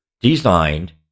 designed